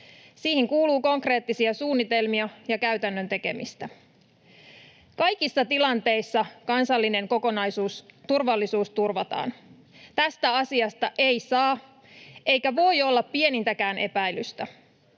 Siihen kuuluu konkreettisia suunnitelmia ja käytännön tekemistä. Kaikissa tilanteissa kansallinen kokonaisturvallisuus turvataan. Tästä asiasta ei saa eikä voi olla pienintäkään epäilystä.